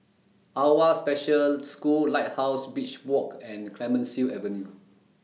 AWWA Special School Lighthouse Beach Walk and Clemenceau Avenue